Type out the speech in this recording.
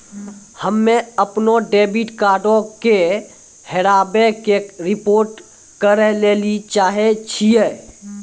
हम्मे अपनो डेबिट कार्डो के हेराबै के रिपोर्ट करै लेली चाहै छियै